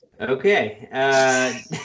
Okay